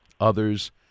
others